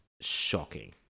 shocking